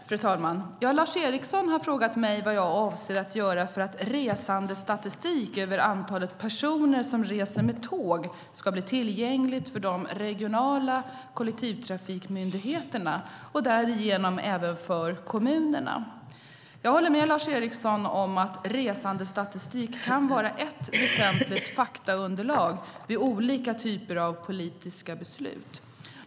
Fru talman! Lars Eriksson har frågat mig vad jag avser att göra för att resandestatistik över antalet personer som reser med tåg ska bli tillgängligt för de regionala kollektivtrafikmyndigheterna och därigenom även för kommunerna. Jag håller med Lars Eriksson om att resandestatistik kan vara ett väsentligt faktaunderlag vid olika typer av politiska beslut.